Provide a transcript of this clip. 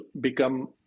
become